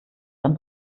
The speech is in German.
dann